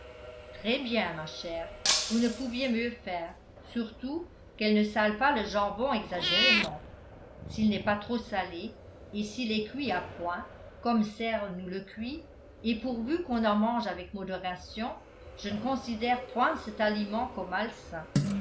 très bien ma chère vous ne pouviez mieux faire surtout qu'elles ne salent pas le jambon exagérément s'il n'est pas trop salé et s'il est cuit à point comme serle nous le cuit et pourvu qu'on en mange avec modération je ne considère point cet aliment comme